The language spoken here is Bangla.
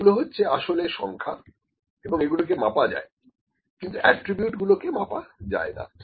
এগুলো হচ্ছে আসলে সংখ্যা এবং এগুলোকে মাপা যায় কিন্তু এট্রিবিউটগুলোকে মাপা যায় না